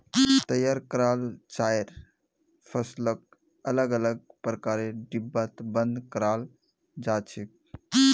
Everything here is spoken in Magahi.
तैयार कराल चाइर फसलक अलग अलग प्रकारेर डिब्बात बंद कराल जा छेक